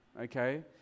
okay